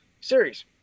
series